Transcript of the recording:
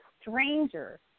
stranger